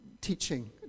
teaching